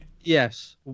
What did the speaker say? Yes